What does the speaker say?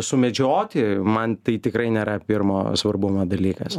sumedžioti man tai tikrai nėra pirmo svarbumo dalykas